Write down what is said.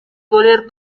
voler